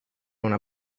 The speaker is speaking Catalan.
una